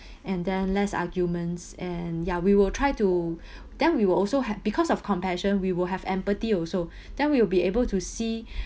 and then less arguments and ya we will try to then we will also have because of compassion we will have empathy also then we will be able to see